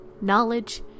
Knowledge